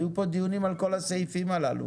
היו פה דיונים על כל הסעיפים הללו.